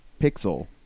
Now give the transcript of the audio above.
pixel